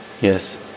Yes